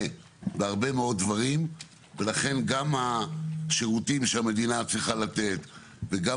בהרבה מאוד דברים ולכן גם השירותים שהמדינה צריכה לתת וגם